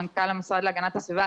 מנכ"ל המשרד להגנת הסביבה,